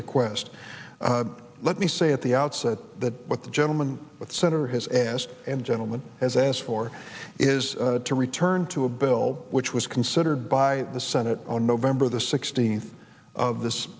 request let me say at the outset that what the gentleman with senator has asked and gentlemen has asked for is to return to a bill which was considered by the senate on november the sixteenth of this